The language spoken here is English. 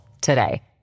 today